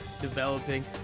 developing